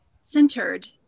centered